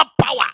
power